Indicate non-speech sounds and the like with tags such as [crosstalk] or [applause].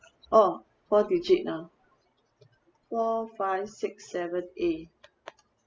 oh four digit ah four five six seven eight [noise]